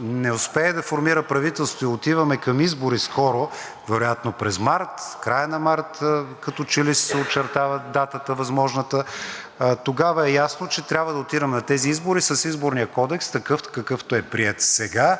не успее да формира правителство и отиваме към избори скоро, вероятно през март, края на март, като че ли се очертава възможната дата, тогава е ясно, че трябва да отидем на тези избори с Изборния кодекс такъв, какъвто е приет сега